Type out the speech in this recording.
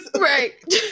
right